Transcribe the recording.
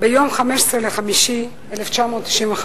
ביום 15 במאי 1995: